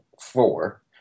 four